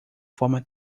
forma